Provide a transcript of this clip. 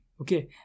Okay